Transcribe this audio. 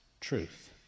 truth